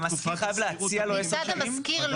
--- מצד המשכיר לא.